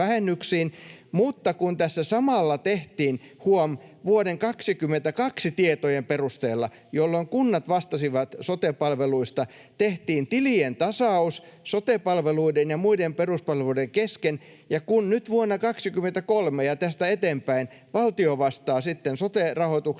Mutta kun tässä samalla tehtiin — huom. vuoden 22 tietojen perusteella, jolloin kunnat vastasivat sote-palveluista — tilien tasaus sote-palveluiden ja muiden peruspalveluiden kesken ja kun nyt vuonna 23 ja tästä eteenpäin valtio vastaa sitten sote-rahoituksesta,